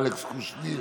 אלכס קושניר,